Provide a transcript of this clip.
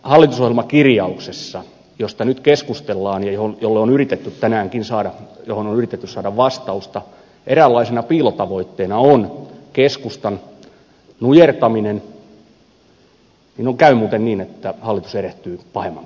jos tässä hallitusohjelmakirjauksessa josta nyt keskustellaan ja johon on yritetty tänäänkin saada vastausta eräänlaisen piilotavoitteena on keskustan nujertaminen niin käy muuten niin että hallitus erehtyy pahemman kerran